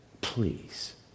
please